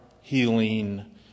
healing